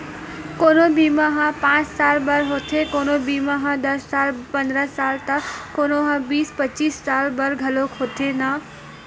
कोनो बीमा ह पाँच साल बर होथे, कोनो ह दस पंदरा साल त कोनो ह बीस पचीस साल बर घलोक होथे न